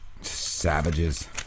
Savages